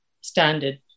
standard